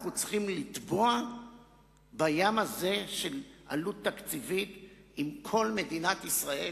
אנחנו צריכים לטבוע בים הזה של עלות תקציבית עם כל מדינת ישראל?